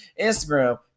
Instagram